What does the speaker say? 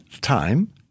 time